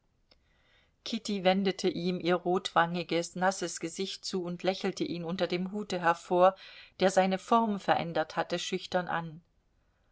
kitty wendete ihm ihr rotwangiges nasses gesicht zu und lächelte ihn unter dem hute hervor der seine form verändert hatte schüchtern an